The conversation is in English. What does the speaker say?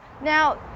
Now